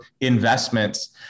investments